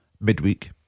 Midweek